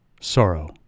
Sorrow